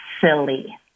silly